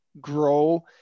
grow